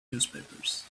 newspapers